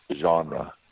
genre